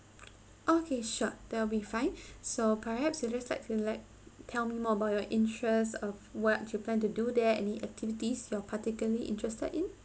okay sure there'll be fine so perhaps you just like feel like tell me more about your interest uh what you plan to do there any activities you're particularly interested in